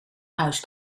huis